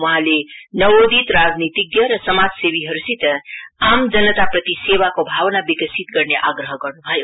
वहाँले नवोदित राजनीतिज्ञ र सामाजसेवीहरूसित आम जनताप्रति सेवाको भावना विकसित गर्ने आग्रह गर्नु भयो